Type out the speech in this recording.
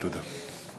תודה.